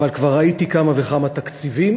אבל כבר ראיתי כמה וכמה תקציבים.